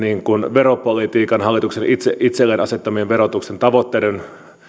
veropolitiikan että hallituksen itse itselleen asettamien verotuksen tavoitteiden